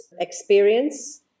experience